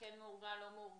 אם כן מאורגן או לא מאורגן,